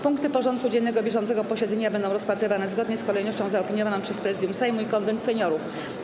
Punkty porządku dziennego bieżącego posiedzenia będą rozpatrywane zgodnie z kolejnością zaopiniowaną przez Prezydium Sejmu i Konwent Seniorów.